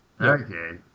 Okay